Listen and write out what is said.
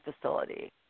facility